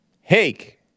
Hake